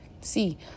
see